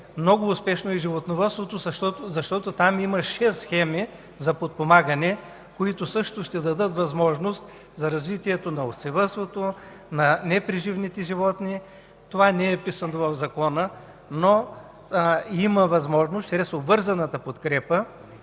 много успешно и животновъдството, защото там има шест схеми за подпомагане, които също ще дадат възможност за развитието на овцевъдството, на непреживните животни. Това не е писано в закона, но има възможност чрез обвързаната подкрепа